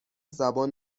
زبان